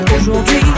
aujourd'hui